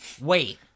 wait